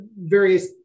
various